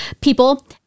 people